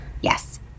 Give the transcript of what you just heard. Yes